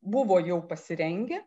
buvo jau pasirengę